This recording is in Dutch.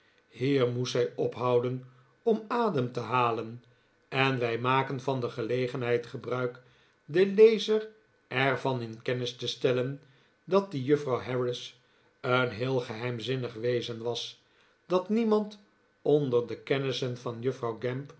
hier moest zij ophouden om adem te halen en wij maken van deze gelegenheid gebruik den lezer er van in kennis te stellen dat die juffrouw harris een heel geheimzinnig wezen was dat niemand onder de kennissen van juffrouw